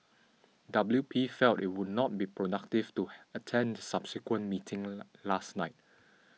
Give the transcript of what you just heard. W P felt it would not be productive to attend subsequent meeting last night